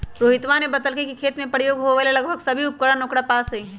रोहितवा ने बतल कई कि खेत में प्रयोग होवे वाला लगभग सभी उपकरण ओकरा पास हई